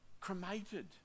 cremated